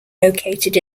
located